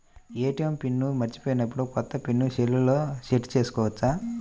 ATM pin మరచిపోయినప్పుడు, కొత్త pin సెల్లో సెట్ చేసుకోవచ్చా?